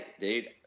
dude